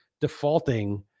defaulting